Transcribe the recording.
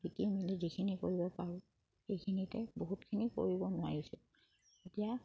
বিকি মেলি যিখিনি কৰিব পাৰোঁ সেইখিনিতে বহুতখিনি কৰিব এতিয়া